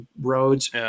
roads